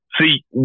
See